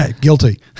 Guilty